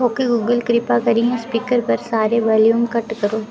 okay Google किरपा करियै speaker पर सारे वाल्यूम घट्ट करो